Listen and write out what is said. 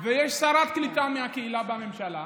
ויש שרת קליטה מהקהילה בממשלה.